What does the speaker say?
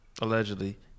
allegedly